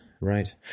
right